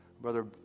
Brother